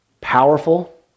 Powerful